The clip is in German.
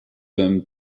seinem